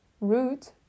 root